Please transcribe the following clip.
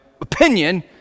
opinion